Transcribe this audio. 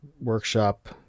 workshop